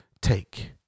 take